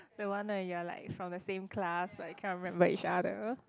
that one that you're like from the same class like can't remember each other